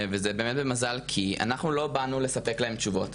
וזה באמת במזל, כי אנחנו לא באנו לספק להם תשובות.